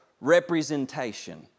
representation